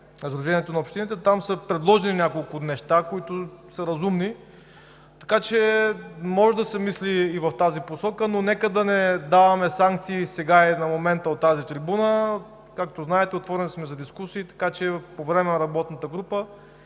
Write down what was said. на общините, там са предложени няколко неща, които са разумни. Може да се мисли и в тази посока, но нека да не даваме санкции сега – на момента, от тази трибуна. Както знаете, отворени сме за дискусии. По време на работната група